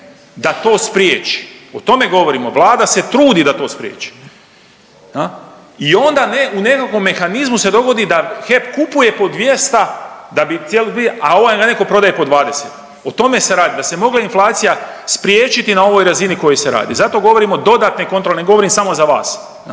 da to spriječi o tome govorimo, vlada se trudi da to spriječi. I onda u nekakvom mehanizmu se dogodi da HEP kupuje po 200, a neko da prodaje po 20 o tome se radi, da se mogla inflacija spriječiti na ovoj razini koja se radi. Zato govorimo dodatne kontrole ne govorim ne samo za vas.